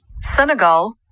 Senegal